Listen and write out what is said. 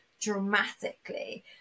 dramatically